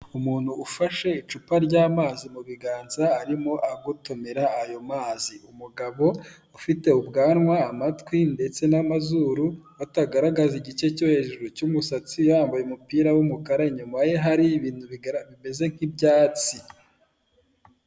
Umuntu ufashe icupa ry'amazi mu biganza arimo agotomerara ayo mazi, umugabo ufite ubwanwa, amatwi ndetse n'amazuru, batagaragaza igice cyo hejuru cy'umusatsi yambaye umupira w'umukara, inyuma ye hari ibintu bimeze nk'ibyatsi.